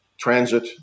transit